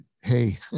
Hey